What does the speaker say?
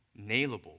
nailable